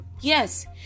Yes